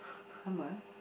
hummer